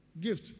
gift